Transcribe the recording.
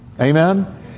Amen